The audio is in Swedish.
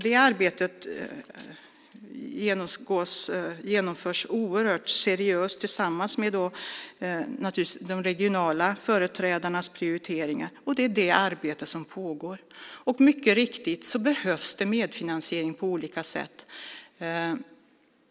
Det arbetet genomförs naturligtvis oerhört seriöst tillsammans med de regionala företrädarnas prioriteringar. Det är det arbetet som pågår. Mycket riktigt behövs det medfinansiering på olika sätt.